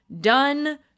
done